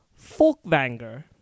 Folkvanger